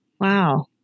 Wow